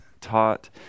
taught